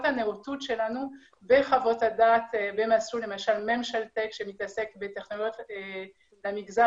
הנאותות שלנו בחוות הדעת במסלול למשל -- -טק שמתעסק בטכנולוגיות במגזר